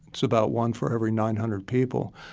it's about one for every nine hundred people.